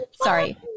Sorry